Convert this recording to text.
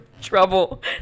trouble